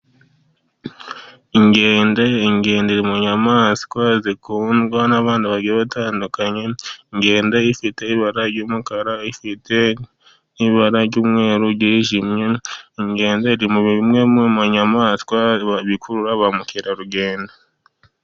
Inkende, inkende iri mu nyamaswa zikundwa n'abantu bagiye batandukanye, inkende ifite ibara ry'umukara ifite n'ibara ry'umweru ryijimye, inkende iri muri zimwe mu nyamaswa zikurura ba mukerarugendo.